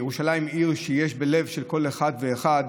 ירושלים היא עיר שיש בלב של כל אחד ואחד.